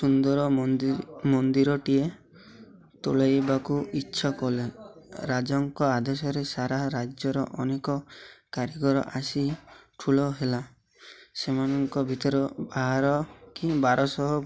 ସୁନ୍ଦର ମନ୍ଦିରଟିଏ ତୋଳେଇବାକୁ ଇଚ୍ଛା କଲେ ରାଜାଙ୍କ ଆଦେଶରେ ସାରା ରାଜ୍ୟର ଅନେକ କାରିଗର ଆସି ଠୁଳ ହେଲା ସେମାନଙ୍କ ଭିତରେ ବାହାର କି ବାରଶହ